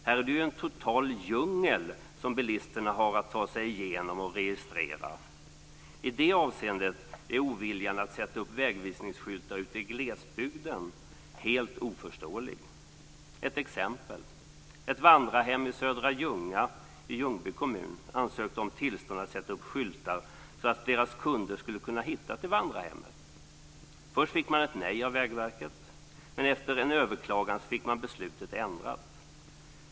Här är det ju en total djungel som bilisterna har att ta sig igenom och registrera. I det avseendet är oviljan att sätta upp vägvisningsskyltar ute i glesbygden helt oförståelig. Ett exempel: Ett vandrarhem i Södra Ljunga i Ljungby kommun ansökte om tillstånd att sätta upp skyltar så att deras kunder skulle kunna hitta till vandrarhemmet. Först fick man ett nej av Vägverket, men efter en överklagan fick man beslutet ändrat.